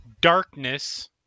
Darkness